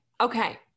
okay